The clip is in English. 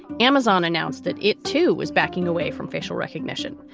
amazon announced that it, too, is backing away from facial recognition,